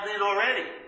already